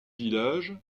village